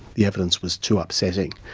the evidence was too upsetting.